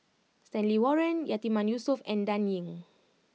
Stanley Warren Yatiman Yusof and Dan Ying